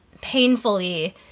painfully